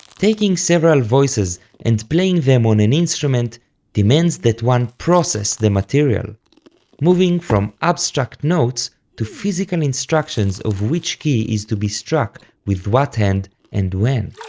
taking several voices and playing them on an instrument demands that one process the material moving from abstract notes to physical instructions of which key is to be struck with what hand and when.